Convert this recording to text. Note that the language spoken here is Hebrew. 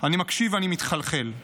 אני מקשיב ואני מתחלחל.